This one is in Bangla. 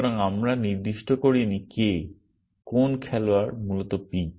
সুতরাং আমরা নির্দিষ্ট করিনি কে কোন খেলোয়াড় মূলত p